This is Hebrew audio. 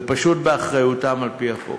זה פשוט באחריותם על-פי החוק.